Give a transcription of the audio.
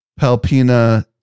Palpina